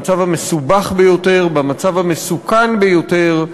במצב המסובך ביותר, במצב המסוכן ביותר,